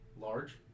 large